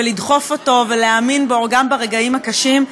לדחוף אותו ולהאמין בו גם ברגעים הקשים,